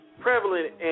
prevalent